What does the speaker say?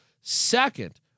second